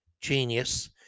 genius